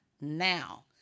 now